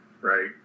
Right